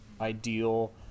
ideal